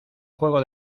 juego